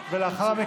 האזרחות.